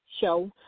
show